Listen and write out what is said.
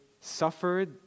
suffered